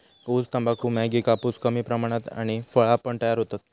ऊस, तंबाखू, मॅगी, कापूस कमी प्रमाणात आणि फळा पण तयार होतत